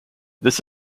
this